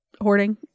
hoarding